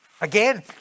Again